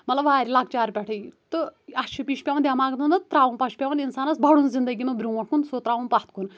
مَطلَب وارۍ لَکچار پٮ۪ٹھےٕ تہٕ اَتھ چھُ یہِ چھُ پٮ۪وان دٮ۪ماغَسمنٛز ترٛاوُن پتہ چھُ پٮ۪وان انسانَس بَڈُن زندگی منٛز برٛونٛٹھ کُن سُہ ترٛاوُن پَتھ کُن